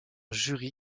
jury